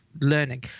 learning